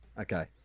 Okay